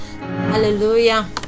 Hallelujah